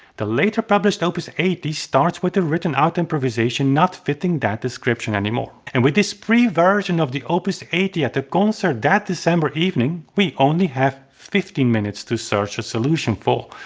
the later published published opus eighty starts with a written out improvisation not fitting that description anymore. and with this pre-version of the opus eighty at the concert that december evening, we only have fifteen minutes to search a solution for.